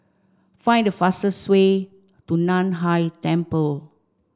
find the fastest way to Nan Hai Temple